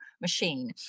machine